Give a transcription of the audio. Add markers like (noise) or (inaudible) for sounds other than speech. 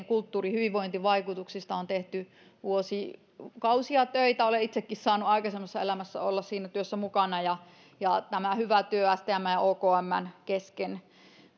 (unintelligible) kulttuurin hyvinvointivaikutuksista on tehty vuosikausia töitä olen itsekin saanut aikaisemmassa elämässä olla siinä työssä mukana ja ja tämä hyvä työ yhteistyönä stmn ja okmn kesken